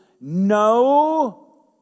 no